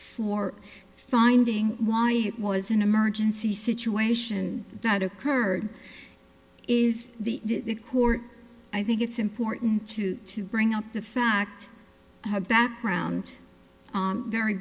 for finding why it was an emergency situation that occurred is the record i think it's important to to bring up the fact of background very